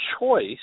choice